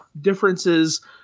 differences